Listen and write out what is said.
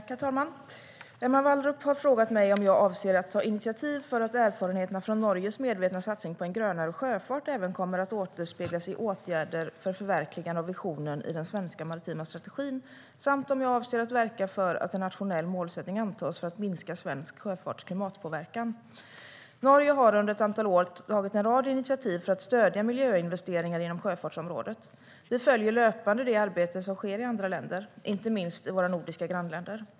Herr talman! Emma Wallrup har frågat mig om jag avser att ta initiativ för att erfarenheterna från Norges medvetna satsning på en grönare sjöfart även kommer att återspegla sig i åtgärder för förverkligande av visionen i den svenska maritima strategin samt om jag avser att verka för att en nationell målsättning antas för att minska svensk sjöfarts klimatpåverkan. Norge har under ett antal år tagit en rad initiativ för att stödja miljöinvesteringar inom sjöfartsområdet. Vi följer löpande det arbete som sker i andra länder, inte minst i våra nordiska grannländer.